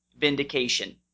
Vindication